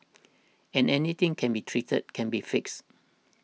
and anything can be treated can be fixed